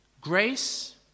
grace